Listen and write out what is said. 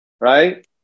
right